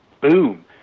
boom